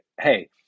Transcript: Hey